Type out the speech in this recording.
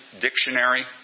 dictionary